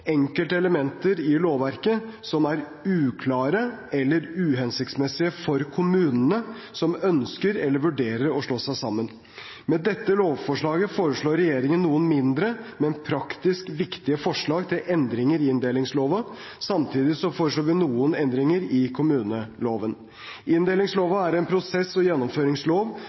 enkelte elementer i lovverket som er uklare eller uhensiktsmessige for kommunene som ønsker eller vurderer å slå seg sammen. Med dette lovforslaget foreslår regjeringen noen mindre, men praktisk viktige forslag til endringer i inndelingsloven. Samtidig foreslår vi noen endringer i kommuneloven. Inndelingsloven er en prosess- og gjennomføringslov